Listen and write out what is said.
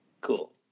Cool